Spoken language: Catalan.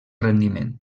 rendiment